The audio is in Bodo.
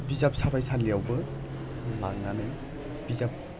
बिजाब साफायसालियावबो लांनानै बिजाब